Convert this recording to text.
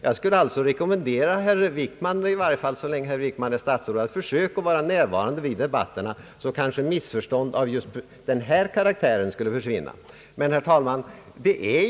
Jag skulle vilja rekommendera herr Wickman att så länge han är statsråd försöka vara närvarande vid debatterna i kamrarna. Då skulle kanske missförstånd av den här karaktären försvinna. Herr talman!